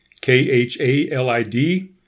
K-H-A-L-I-D